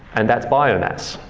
and that's biomass.